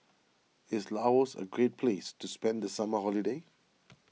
is Laos a great place to spend the summer holiday